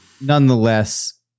Nonetheless